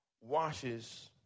washes